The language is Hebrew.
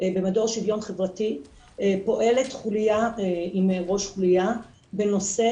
במדור שיווין חברתי פועלת חוליה עם ראש חוליה בנושא